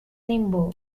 limbo